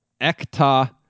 Ekta